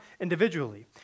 individually